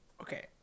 Okay